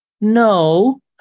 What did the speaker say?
no